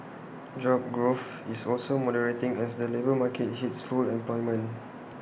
job growth is also moderating as the labour market hits full employment